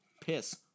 piss